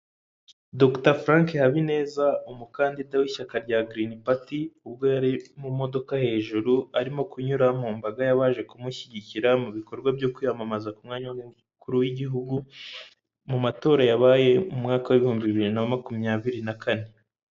Dr Frank Habineza umukandida w'ishyaka rya Green Party ubwo yari mu modoka hejuru arimo kunyura mu mbaga y'abaje kumushyigikira, mu bikorwa byo kwiyamamaza ku mwanya w'umukuru w'igihugu mu matora yabaye mu mwaka w'ibihumbi biibiri na makumyabiri na kane.